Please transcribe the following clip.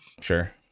Sure